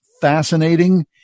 fascinating